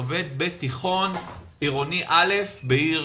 עובד בתיכון עירוני א' בעיר